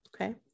okay